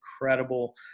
incredible